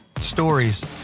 Stories